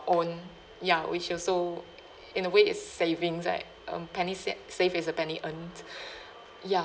own ya which also in a way it's savings like um penny sa~ saved is a penny earned ya